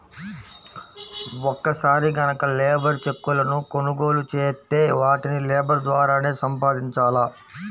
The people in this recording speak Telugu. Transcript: ఒక్కసారి గనక లేబర్ చెక్కులను కొనుగోలు చేత్తే వాటిని లేబర్ ద్వారానే సంపాదించాల